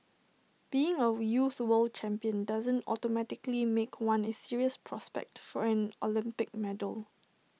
being A youth world champion doesn't automatically make one A serious prospect for an Olympic medal